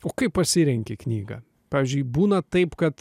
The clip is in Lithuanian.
o kaip pasirenki knygą pavyzdžiui būna taip kad